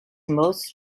most